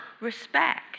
respect